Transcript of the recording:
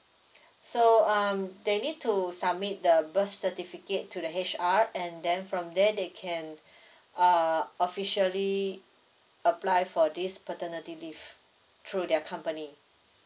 so um they need to submit the birth certificate to the H_R and then from there they can uh officially apply for this paternity leave through their company